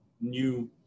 new